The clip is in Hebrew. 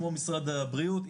כמו משרד הבריאות,